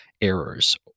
errors